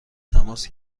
تماس